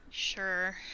sure